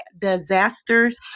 disasters